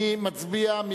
נצביע.